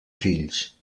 fills